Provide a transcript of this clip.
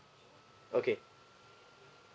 okay